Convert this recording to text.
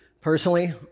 personally